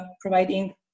providing